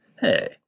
hey